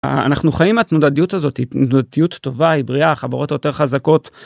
אנחנו חיים התנודתיות הזאת התנודתיות טובה היא בריאה החברות היותר חזקות.